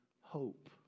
hope